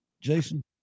Jason